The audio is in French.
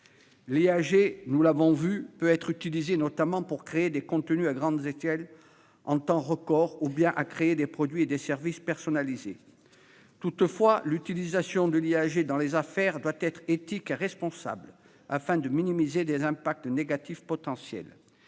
L'IAG, nous l'avons vu, peut être utilisée pour produire des contenus à grande échelle en un temps record ou pour créer des produits et des services personnalisés. Néanmoins, l'utilisation de l'IAG dans les affaires doit être éthique et responsable, afin de minimiser les impacts négatifs potentiels.